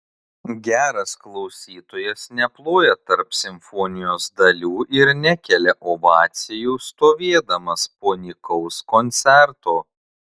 geras klausytojas neploja tarp simfonijos dalių ir nekelia ovacijų stovėdamas po nykaus koncerto